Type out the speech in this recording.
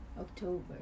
October